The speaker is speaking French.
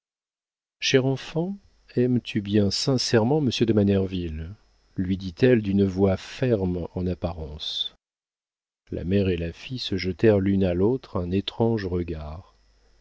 chère enfant aimes-tu bien sincèrement monsieur de manerville lui dit-elle d'une voix ferme en apparence la mère et la fille se jetèrent l'une à l'autre un étrange regard